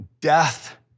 death